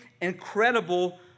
incredible